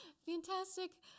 fantastic